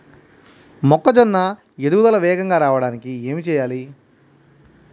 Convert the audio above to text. మొక్కజోన్న ఎదుగుదల వేగంగా రావడానికి ఏమి చెయ్యాలి?